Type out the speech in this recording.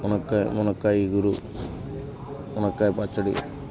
మునక్కాయ మునక్కాయ ఇగురు మునక్కాయ పచ్చడి